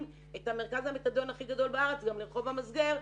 את מרכז המתדון הכי גדול בארץ לרחוב המסגר,